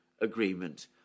agreement